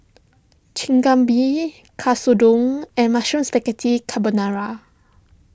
Chigenabe Katsudon and Mushroom Spaghetti Carbonara